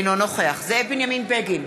אינו נוכח זאב בנימין בגין,